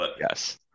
Yes